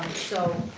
so,